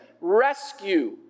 rescue